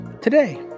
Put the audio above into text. today